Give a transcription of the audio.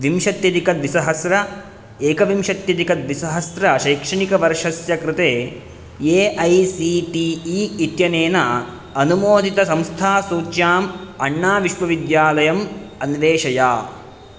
विंशत्यधिकद्विसहस्र एकविंशत्यधिकद्विसहस्र शैक्षणिकवर्षस्य कृते A I C T E इत्यनेन अनुमोदितसंस्थासूच्याम् अण्णा विश्वविद्यालयम् अन्वेषय